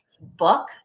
book